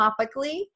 topically